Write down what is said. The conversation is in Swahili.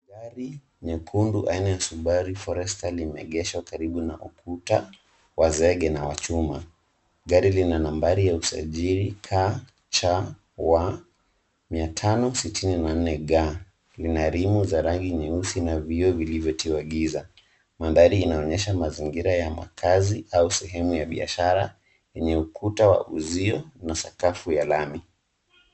Gari nyekundu aina ya Subaru Forester limeegeshwa karibu na ukuta wa zege na wa chuma. Gari lina nambari ya usajili KCW 564G lina rimu za rangi nyeusi na vioo vilivyotiwa giza. Mandhari inaonyesha mazingira ya makazi au sehemu ya biashara yenye ukuta wa uzio na sakafu ya lami.